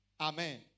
Amen